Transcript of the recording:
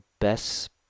Best